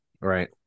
Right